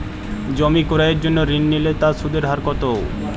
জমি ক্রয়ের জন্য ঋণ নিলে তার সুদের হার কতো?